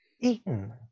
eaten